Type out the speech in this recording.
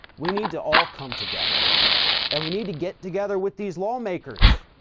we need to all come together and we need to get together with these lawmakers,